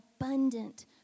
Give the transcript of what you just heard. abundant